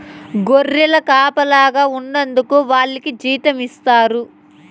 గొర్రెలకు కాపలాగా ఉన్నందుకు వాళ్లకి జీతం ఇస్తారు